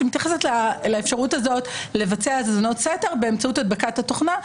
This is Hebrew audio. שמתייחסת לאפשרות הזאת לבצע האזנות סתר באמצעות הדבקת התוכנה,